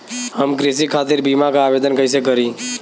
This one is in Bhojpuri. हम कृषि खातिर बीमा क आवेदन कइसे करि?